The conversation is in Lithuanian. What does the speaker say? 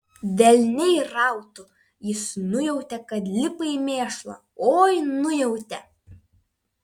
velniai rautų jis nujautė kad lipa į mėšlą oi nujautė